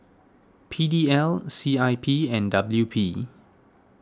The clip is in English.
P D L C I P and W P